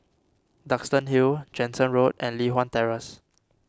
Duxton Hill Jansen Road and Li Hwan Terrace